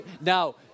Now